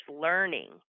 learning